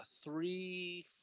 three